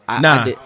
Nah